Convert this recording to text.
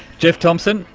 jeff thompson,